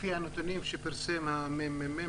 לפי הנתונים שפרסם הממ"מ,